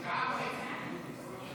חברי הכנסת,